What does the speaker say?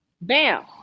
Bam